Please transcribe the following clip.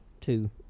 two